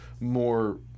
more